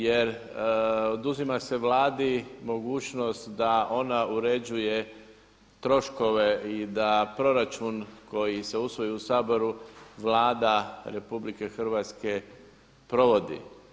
Jer oduzima se Vladi mogućnost da ona uređuje troškove i da proračun koji se usvoji u Saboru Vlada RH provodi.